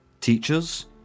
Teachers